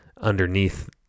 underneath